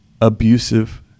abusive